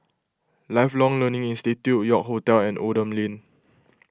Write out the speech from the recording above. Lifelong Learning Institute York Hotel and Oldham Lane